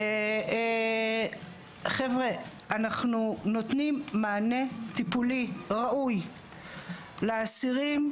אנחנו נותנים מענה טיפולי ראוי לאסירים.